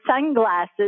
sunglasses